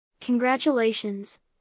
Congratulations